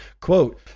Quote